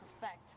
perfect